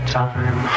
time